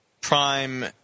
prime